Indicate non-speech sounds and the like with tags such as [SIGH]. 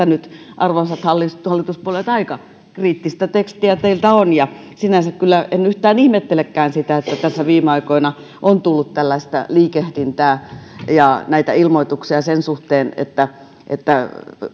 [UNINTELLIGIBLE] nyt arvoisat hallituspuolueet aika kriittistä tekstiä teiltä on ja sinänsä kyllä en yhtään ihmettelekään sitä että tässä viime aikoina on tullut tällaista liikehdintää ja näitä ilmoituksia sen suhteen että että